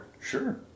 Sure